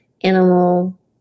animal